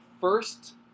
first